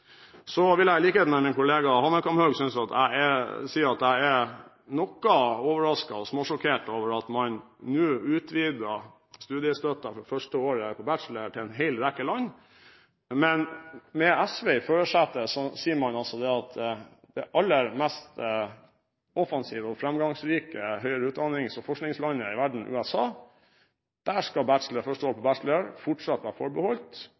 Så vil jeg, i likhet med min kollega Hanekamhaug, si at jeg er noe overrasket og småsjokkert over at man nå utvider studiestøtten for førsteåret på bachelor til en hel rekke land, mens man med SV i førersetet sier at i USA, det aller mest offensive og fremgangsrike høyere utdannings- og forskningslandet i verden, skal første år på bachelor fortsatt være forbeholdt